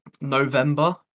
November